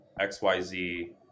XYZ